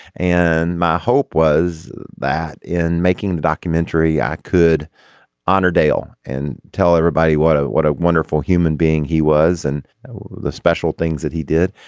and my hope was that in making the documentary i could honor dale and tell everybody what a what a wonderful human being he was and the special things that he did.